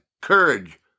courage